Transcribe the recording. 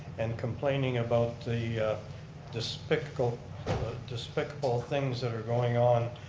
and complaining about the despicable despicable things that are going on